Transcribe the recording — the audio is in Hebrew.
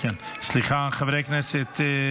מה את מצביעה?